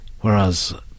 whereas